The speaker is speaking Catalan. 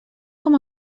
com